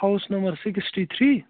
house number sixty three